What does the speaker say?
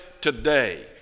today